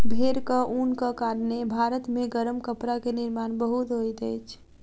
भेड़क ऊनक कारणेँ भारत मे गरम कपड़ा के निर्माण बहुत होइत अछि